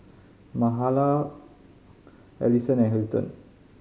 Mahala Alisson and Hilton